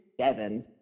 seven